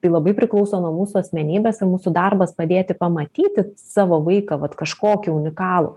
tai labai priklauso nuo mūsų asmenybės ir mūsų darbas padėti pamatyti savo vaiką vat kažkokį unikalų